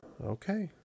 Okay